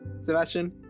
Sebastian